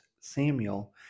Samuel